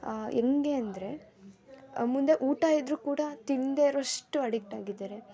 ಹೆಂಗೆ ಅಂದರೆ ಮುಂದೆ ಊಟ ಇದ್ದರು ಕೂಡ ತಿನ್ನದೇ ಇರುವಷ್ಟು ಅಡಿಕ್ಟಾಗಿದ್ದಾರೆ